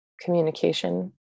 communication